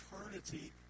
eternity